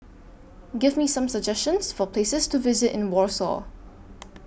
Give Me Some suggestions For Places to visit in Warsaw